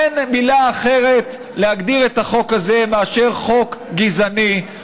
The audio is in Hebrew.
אין מילה אחרת להגדיר את החוק הזה מאשר חוק גזעני,